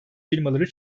firmaları